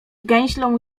gęślą